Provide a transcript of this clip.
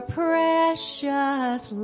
precious